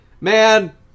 Man